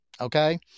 Okay